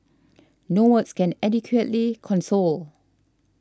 no words can adequately console